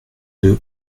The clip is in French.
deux